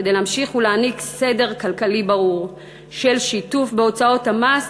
כדי להמשיך להעניק סדר כלכלי ברור של שיתוף בהוצאות המס